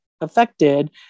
affected